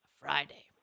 Friday